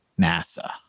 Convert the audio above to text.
NASA